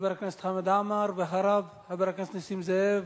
חבר הכנסת חמד עמאר, ואחריו, חבר הכנסת נסים זאב.